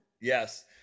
Yes